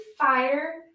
fire